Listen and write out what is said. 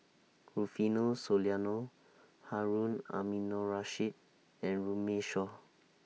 Rufino Soliano Harun Aminurrashid and Runme Shaw